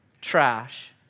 trash